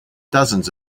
dozens